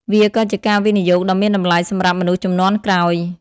វាក៏ជាការវិនិយោគដ៏មានតម្លៃសម្រាប់មនុស្សជំនាន់ក្រោយ។